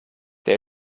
der